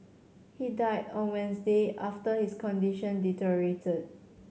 he died on Wednesday after his condition deteriorated